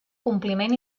compliment